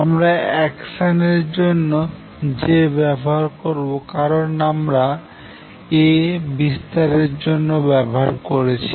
আমরা অ্যাকশান এর জন্য J ব্যবহার করবো কারন আমরা A বিস্তার এর জন্য ব্যবহার করছি